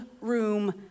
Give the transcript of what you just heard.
room